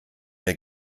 der